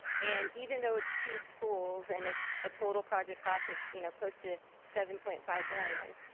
and even though it's two schools and it's a total project cost of you know close to seven point five million,